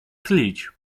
tlić